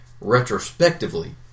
retrospectively